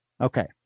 Okay